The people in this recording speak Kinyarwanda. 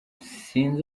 sinzi